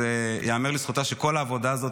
ייאמר לזכותה שבכל העבודה הזאת,